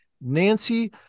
nancy